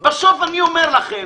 בסוף, אני אומר לכם,